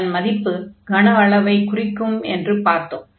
அதன் மதிப்பு கன அளவைக் குறிக்கும் என்று பார்த்தோம்